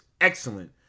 excellent